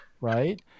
Right